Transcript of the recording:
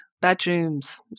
bedrooms